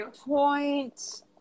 point